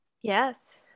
Yes